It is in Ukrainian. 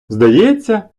здається